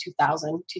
2000